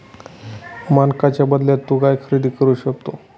मानकांच्या बदल्यात तू काय खरेदी करू शकतो?